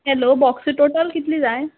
hello box total कितली जाय